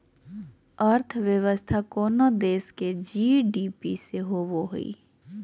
अर्थव्यवस्था कोनो देश के जी.डी.पी से होवो हइ